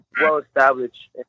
well-established